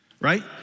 Right